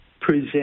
present